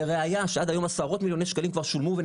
לראייה שעד היום עשרות מיליוני שקלים כבר שולמו.